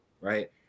right